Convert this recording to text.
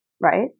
right